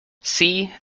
see